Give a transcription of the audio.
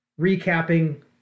recapping